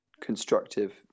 constructive